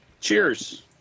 cheers